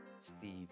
Steve